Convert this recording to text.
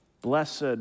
Blessed